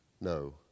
No